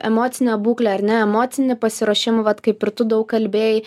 emocinę būklę ar ne emocinį pasiruošimą vat kaip ir tu daug kalbėjai